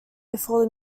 before